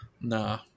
Nah